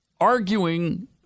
arguing